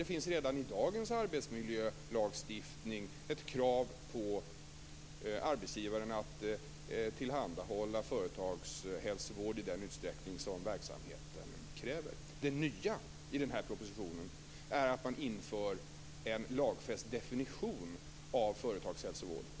Det finns redan i dagens arbetsmiljölagstiftning ett krav på arbetsgivaren att tillhandahålla företagshälsovård i den utsträckning som verksamheten kräver. Det nya i den här propositionen är att man inför en lagfäst definition av företagshälsovård.